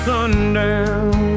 Sundown